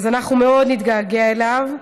אז אנחנו מאוד נתגעגע אליו.